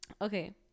Okay